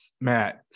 Matt